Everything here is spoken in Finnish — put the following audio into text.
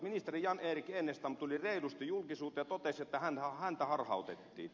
ministeri jan erik enestam tuli reilusti julkisuuteen ja totesi että häntä harhautettiin